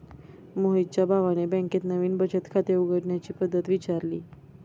मोहितच्या भावाने बँकेत नवीन बचत खाते उघडण्याची पद्धत विचारली